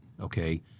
okay